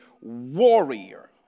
warrior